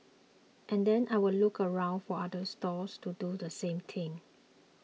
and then I'll look around for other stalls to do the same thing